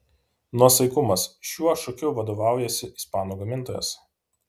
nuosaikumas šiuo šūkiu vadovaujasi ispanų gamintojas